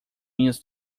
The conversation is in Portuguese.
minhas